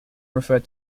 refer